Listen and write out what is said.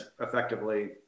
effectively